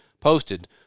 posted